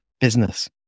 business